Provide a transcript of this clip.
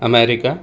America